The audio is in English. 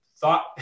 thought